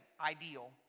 ideal